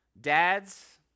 dads